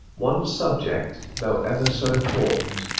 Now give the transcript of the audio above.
one subject, though ever so important,